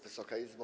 Wysoka Izbo!